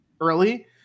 early